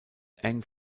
eng